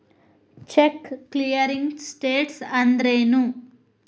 Check clearing status ಅಂದ್ರೇನು?